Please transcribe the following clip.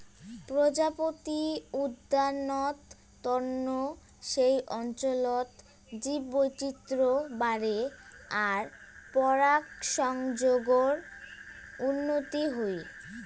প্রজাপতি উদ্যানত তন্ন সেই অঞ্চলত জীববৈচিত্র বাড়ে আর পরাগসংযোগর উন্নতি হই